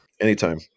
Anytime